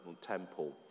temple